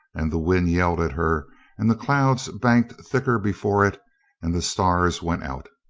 and the wind yelled at her and the clouds banked thicker before it and the stars went out.